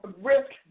risk